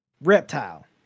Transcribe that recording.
Reptile